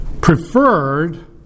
preferred